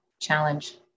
challenge